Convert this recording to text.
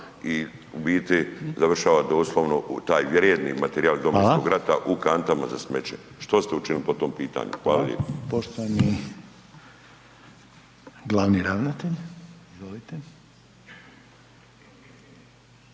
i u biti završava doslovno taj vrijedni materijal iz Domovinskog rata u kantama za smeće. Što ste učinili po tom pitanju? Hvala